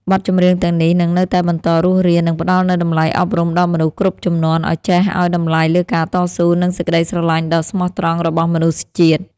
បទចម្រៀងទាំងនេះនឹងនៅតែបន្តរស់រាន និងផ្ដល់នូវតម្លៃអប់រំដល់មនុស្សគ្រប់ជំនាន់ ឱ្យចេះឱ្យតម្លៃលើការតស៊ូ និងសេចក្តីស្រឡាញ់ដ៏ស្មោះត្រង់របស់មនុស្សជាតិ។